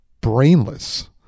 brainless